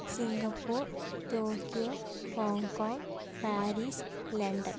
Singapore Tokyo Hong Kong Paris London